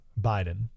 Biden